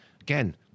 again